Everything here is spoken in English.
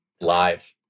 live